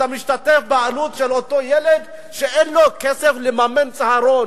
אתה משתתף בעלות של אותו ילד שאין לו כסף לממן צהרון,